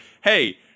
Hey